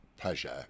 pleasure